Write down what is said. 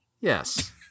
Yes